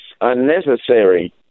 unnecessary